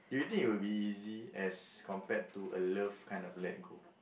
do you think it will be easy as compared to a love kind of let go